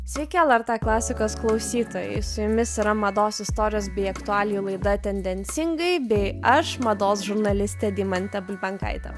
sveiki lrt klasikos klausytojai su jumis yra mados istorijos bei aktualijų laida tendencingai bei aš mados žurnalistė deimantė bulbenkaitė